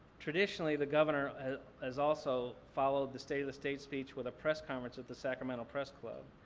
traditionally, the governor has also followed the state of the state speech with a press conference at the sacramento press club.